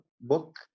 book